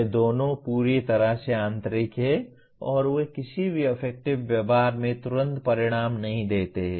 ये दोनों पूरी तरह से आंतरिक हैं और वे किसी भी अफेक्टिव व्यवहार में तुरंत परिणाम नहीं देते हैं